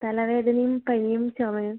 തലവേദനയും പനിയും ചുമയും